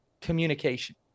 communication